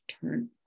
turn